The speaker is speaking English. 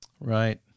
right